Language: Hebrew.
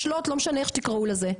לשלוט לא משנה איך שתקראו לזה,